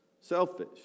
selfish